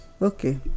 Okay